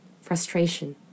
Frustration